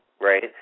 right